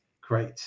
Great